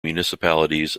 municipalities